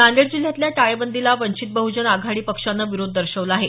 नांदेड जिल्ह्यातल्या टाळेबंदीला वंचित बहुजन आघाडी पक्षानं विरोध दर्शवला आहे